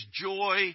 joy